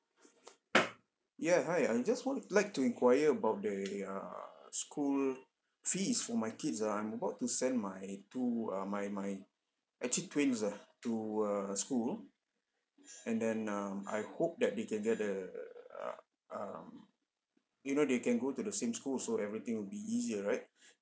yeah hi I just want like to enquire about the err school fees for my kids ah I'm about to send my two uh my my actually twins ah to err school and then uh I hope that they can get err uh um you know they can go to the same school so everything will be easier right and then